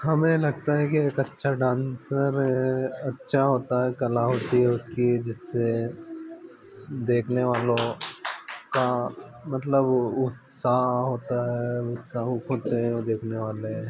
हमें लगता है कि एक अच्छा डांसर अच्छा होता है कला होती है उसकी जिससे देखने वालों का मतलब वह उत्साह होता है उत्सुक होते हैं वह देखने वाले